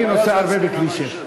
אני נוסע הרבה בכבישים,